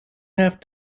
have